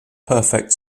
perfect